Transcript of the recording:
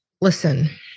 listen